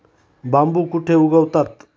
बांबू कुठे उगवतात?